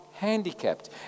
handicapped